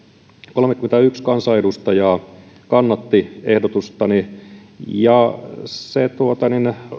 kolmekymmentäyksi kansanedustajaa kannatti ehdotustani se